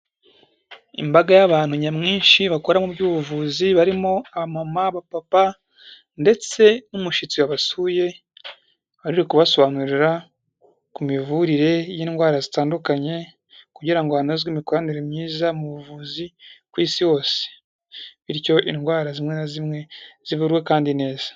Imbaga y'abantu nyamwinshi bakora mu by'ubuvuzi, barimo abamama, abapapa ndetse n'umushyitsi wabasuye, wari uri kubasobanurira ku mivurire y'indwara zitandukanye kugira ngo hanozwe imikoranire myiza mu buvuzi ku isi hose, bityo indwara zimwe na zimwe zivurwe kandi neza.